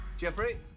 Jeffrey